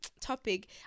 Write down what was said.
topic